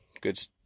good